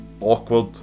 awkward